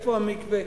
איפה המקווה?